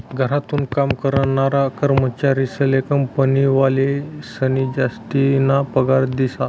घरथून काम करनारा कर्मचारीस्ले कंपनीवालास्नी जासतीना पगार दिधा